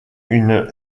une